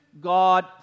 God